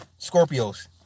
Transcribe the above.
Scorpios